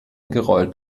gerollt